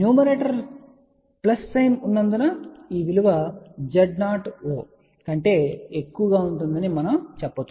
numerator plus sign ఉన్నందున ఈ విలువ Z0o కంటే ఎక్కువగా ఉంటుందని మనము చెప్పగలం